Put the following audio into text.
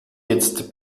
jetzt